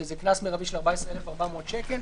שזה קנס מרבי של 14,400 שקל,